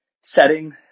setting